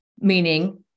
meaning